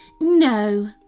No